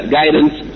guidance